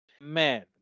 Man